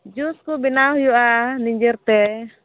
juice ᱠᱚ ᱵᱮᱱᱟᱣ ᱦᱩᱭᱩᱜᱼᱟ ᱱᱤᱡᱮᱨ ᱛᱮ